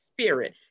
spirit